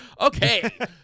Okay